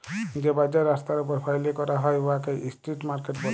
যে বাজার রাস্তার উপর ফ্যাইলে ক্যরা হ্যয় উয়াকে ইস্ট্রিট মার্কেট ব্যলে